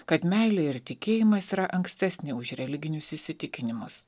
kad meilė ir tikėjimas yra ankstesni už religinius įsitikinimus